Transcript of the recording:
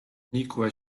nikłe